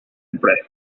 press